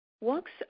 Walks